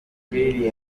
uyu